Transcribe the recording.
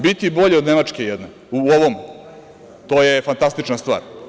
Biti bolji od Nemačke jedne u ovome, to je fantastična stvar.